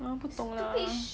ah 不懂啦